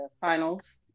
finals